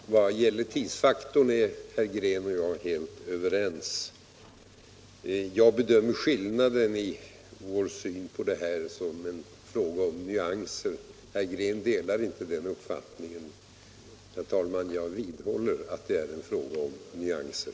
Herr talman! Vad gäller tidsfaktorn är herr Green och jag helt överens. Jag bedömer skillnaden i vår syn på en utredning som en fråga om nyanser. Herr Green delar inte den uppfattningen. Jag vidhåller, herr talman, att det är en fråga om nyanser.